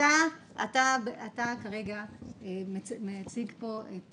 אתה כרגע מציג פה את